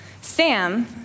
Sam